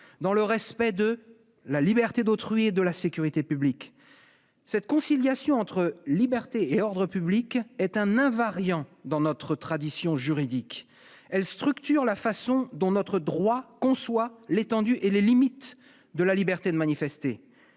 dans le respect de « la liberté d'autrui et de la sécurité publique ». Cette conciliation entre liberté et ordre public est un invariant dans notre tradition juridique. Elle structure la façon dont notre droit conçoit l'étendue et les limites de la liberté de manifester.